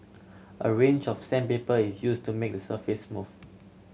a range of sandpaper is use to make the surface smooth